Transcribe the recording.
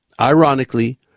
Ironically